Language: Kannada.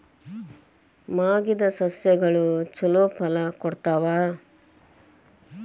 ಮಾಗಿದ್ ಸಸ್ಯಗಳು ಛಲೋ ಫಲ ಕೊಡ್ತಾವಾ?